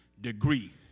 degree